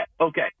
okay